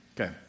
Okay